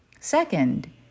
Second